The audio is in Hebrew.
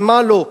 ומה לא.